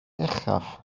uchaf